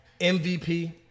MVP